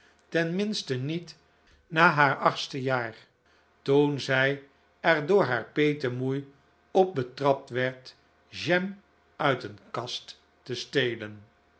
niet na haar achtste jaar toen zij er door haar petemoei op betrapt werd jam uit een kast te stelen